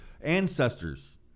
Ancestors